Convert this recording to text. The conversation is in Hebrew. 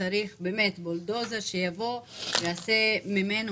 שצריך באמת בולדוזר שיבוא ויעשה ממנו